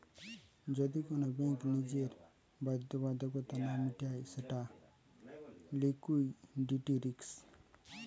যদি কোন ব্যাঙ্ক নিজের বাধ্যবাধকতা না মিটায় সেটা লিকুইডিটি রিস্ক